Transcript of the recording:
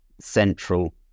central